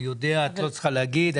אני יודע ואת לא צריכה להגיד.